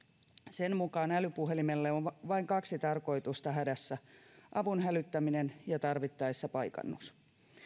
sen mukaan älypuhelimelle on vain kaksi tarkoitusta hädässä avun hälyttäminen ja tarvittaessa paikannus